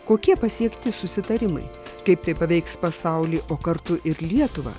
kokie pasiekti susitarimai kaip tai paveiks pasaulį o kartu ir lietuvą